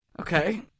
Okay